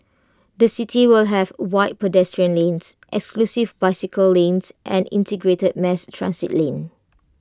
the city will have wide pedestrian lanes exclusive bicycle lanes and integrated mass transit lane